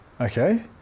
okay